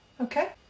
okay